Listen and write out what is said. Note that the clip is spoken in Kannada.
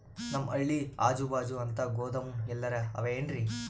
ನಮ್ ಹಳ್ಳಿ ಅಜುಬಾಜು ಅಂತ ಗೋದಾಮ ಎಲ್ಲರೆ ಅವೇನ್ರಿ?